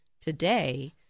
today